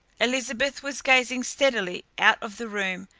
elizabeth was gazing steadily out of the room,